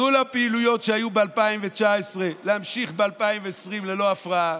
תנו לפעילויות שהיו ב-2019 להימשך ב-2020 ללא הפרעה,